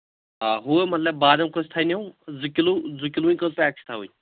آ ہُہ مطلب بادام کُس تھاینو زٕ کِلوٗ زٕ کِلوُنۍ کٔژ پیک چھِ تھاوٕنۍ